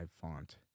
font